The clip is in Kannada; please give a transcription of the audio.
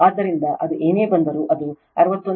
ಆದ್ದರಿಂದ ಅದು ಏನೇ ಬಂದರೂ ಅದು 61